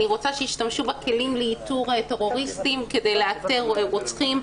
אני רוצה שישתמשו בכלים לאיתור טרוריסטים כדי לאתר רוצחים.